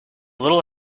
little